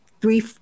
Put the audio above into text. three